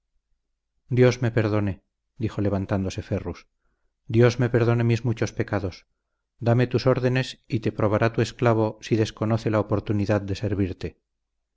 dios me perdone dijo levantándose ferrus dios me perdone mis muchos pecados dame tus órdenes y te probará tu esclavo si desconoce la oportunidad de servirte